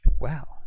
Wow